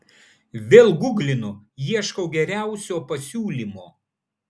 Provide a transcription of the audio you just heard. vėl guglinu ieškau geriausio pasiūlymo